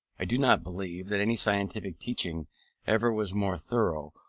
i do not believe that any scientific teaching ever was more thorough,